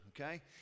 Okay